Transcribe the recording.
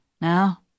now